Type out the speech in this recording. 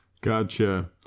Gotcha